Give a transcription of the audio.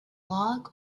log